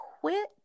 quit